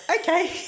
okay